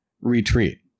retreat